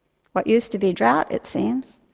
what used to be drought, it seems,